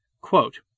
Quote